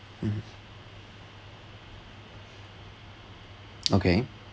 mmhmm okay